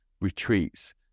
retreats